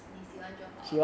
你喜欢就好